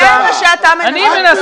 זה מה אתה מנסה.